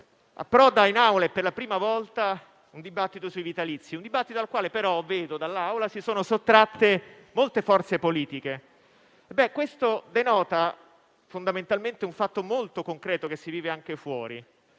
approda in Assemblea - e per la prima volta - un dibattito sui vitalizi; un dibattito al quale, però, come riscontro osservando l'Aula, si sono sottratte molte forze politiche. Questo denota fondamentalmente un fatto molto concreto, che si vive anche fuori.